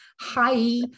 Hi